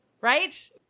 Right